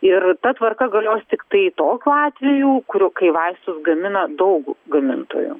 ir ta tvarka galios tiktai tokiu atveju kuriu kai vaistus gamina daug gamintojų